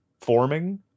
forming